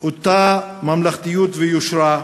את אותן ממלכתיות ויושרה,